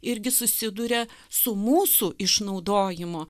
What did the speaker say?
irgi susiduria su mūsų išnaudojimo